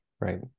right